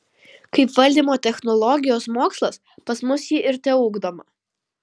kaip valdymo technologijos mokslas pas mus ji ir teugdoma